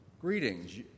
Greetings